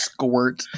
Squirt